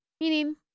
Meaning